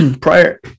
prior